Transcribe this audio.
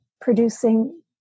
producing